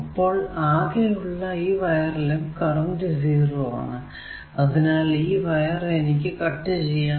അപ്പോൾ അകെ ഉള്ള ഈ വയറിലും കറന്റ് 0 ആണ് അതിനാൽ ഈ വയർ എനിക്ക് കട്ട് ചെയ്യാം